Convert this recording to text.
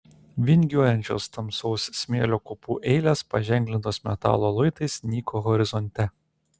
vingiuojančios tamsaus smėlio kopų eilės paženklintos metalo luitais nyko horizonte